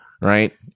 Right